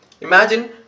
imagine